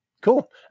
Cool